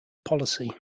policy